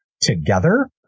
together